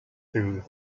through